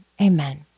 amen